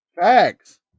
Facts